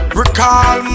recall